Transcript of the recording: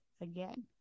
again